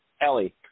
Ellie